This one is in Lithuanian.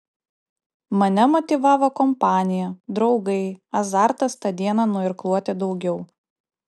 mane motyvavo kompanija draugai azartas tą dieną nuirkluoti daugiau